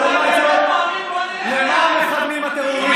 לעומת זאת, למה מכוונים הטרוריסטים?